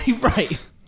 Right